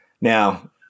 now